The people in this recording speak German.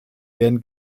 werden